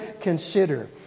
consider